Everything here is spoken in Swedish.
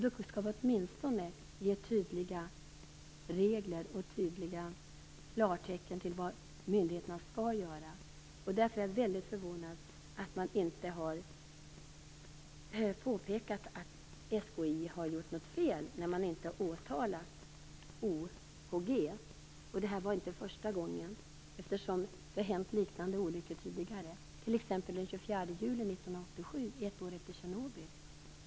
Vi skall åtminstone ge tydliga regler och tydliga klartecken för vad myndigheterna skall göra. Därför är jag väldigt förvånad att man inte har påpekat att SKI har gjort något fel när man inte åtalat OKG. Det var inte första gången. Det har hänt liknande olyckor tidigare. Det hände t.ex. den 24 juli 1987, ett år efter Tjernobyl.